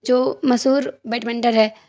جو مشہور بیٹمنٹر ہے